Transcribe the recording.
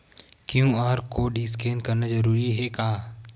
QR code scan करना जरूरी हे का?